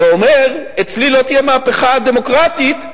ואומר: אצלי לא תהיה המהפכה הדמוקרטית,